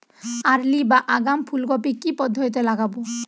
Early বা আগাম ফুল কপি কি পদ্ধতিতে লাগাবো?